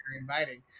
inviting